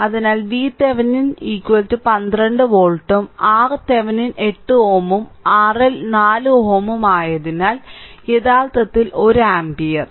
അതിനാൽ VThevenin 12 വോൾട്ടും RThevenin 8 Ω ഉം RL 4 Ω ഉം ആയതിനാൽ യഥാർത്ഥത്തിൽ 1 ആമ്പിയർ അതായത് 1 ആമ്പിയർ